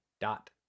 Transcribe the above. dot